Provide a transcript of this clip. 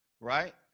Right